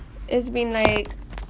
it's been like